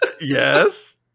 Yes